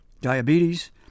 diabetes